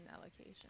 allocation